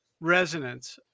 resonance